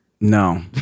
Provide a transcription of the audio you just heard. No